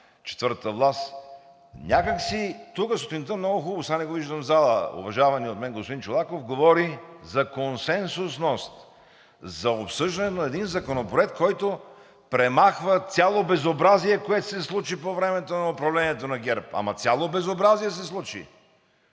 четвъртата власт някак си… Тук сутринта много хубаво – сега не го виждам в залата, уважавания от мен господин Чолаков говори за консенсусност, за обсъждане на един законопроект, който премахва цялото безобразие, което се случи при управлението на ГЕРБ. Ама цялото безобразие се случи!